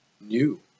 new